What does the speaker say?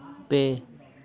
ᱯᱮ